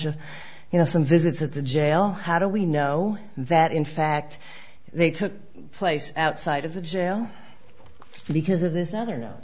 of you know some visits at the jail how do we know that in fact they took place outside of the jail because of this other no